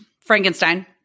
Frankenstein